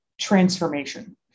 transformation